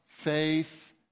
faith